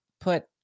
put